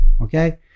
Okay